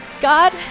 God